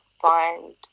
find